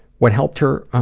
what helped her,